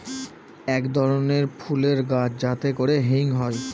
এক ধরনের ফুলের গাছ যাতে করে হিং হয়